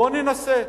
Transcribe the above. בוא ננסה.